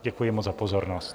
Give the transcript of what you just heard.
Děkuji moc za pozornost.